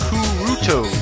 Kuruto